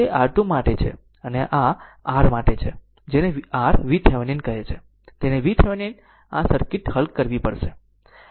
આમ તે R2 માટે છે અને આ r માટે છે જેને r VThevenin કહે છે તેને VThevenin માટે આ સર્કિટ હલ કરવી પડશે